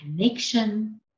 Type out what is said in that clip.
connection